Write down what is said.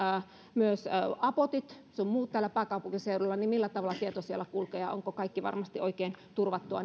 myös apotit sun muut täällä pääkaupunkiseudulla niin on erittäin tärkeää sähköisiä palveluja kehitettäessä millä tavalla tieto siellä kulkee ja onko kaikki varmasti oikein turvattua